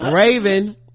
Raven